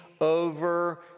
over